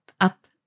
up